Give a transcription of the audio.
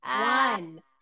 one